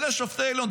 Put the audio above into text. אלה שופטי העליון.